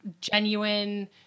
genuine